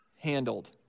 Handled